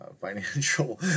financial